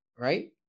right